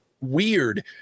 weird